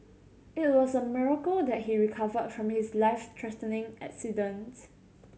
it was a miracle that he recovered from his life threatening accident